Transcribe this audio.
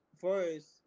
first